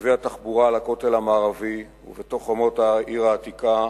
בנתיבי התחבורה לכותל המערבי ובתוך חומות העיר העתיקה,